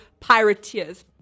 pirateers